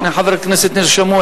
שני חברי כנסת נרשמו,